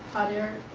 other